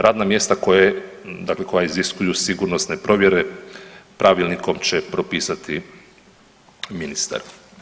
Radna mjesta koja iziskuju sigurnosne provjere pravilnikom će propisati ministar.